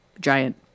Giant